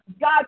God